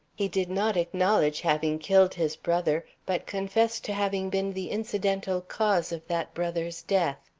he did not acknowledge having killed his brother, but confessed to having been the incidental cause of that brother's death.